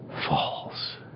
falls